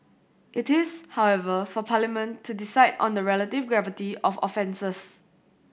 it is however for Parliament to decide on the relative gravity of offences